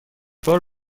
بار